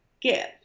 give